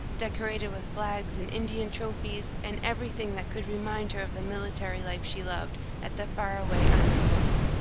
decorated with flags and indian trophies and everything that could remind her of the military life she loved, at the far-away army post.